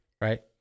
Right